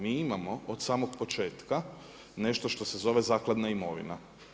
Mi imamo od samog početka nešto što se zove zakladama imovina.